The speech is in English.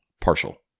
Partial